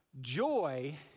Joy